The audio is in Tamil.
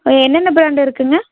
என்னென்ன ப்ராண்ட் இருக்குதுங்க